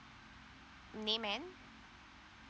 name and